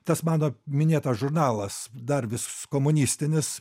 tas mano minėtas žurnalas dar vis komunistinis